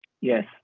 Yes